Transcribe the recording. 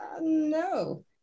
No